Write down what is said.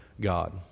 God